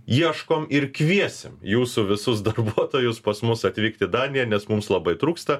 ieškom ir kviesim jūsų visus darbuotojus pas mus atvykt į daniją nes mums labai trūksta